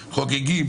חוגגים.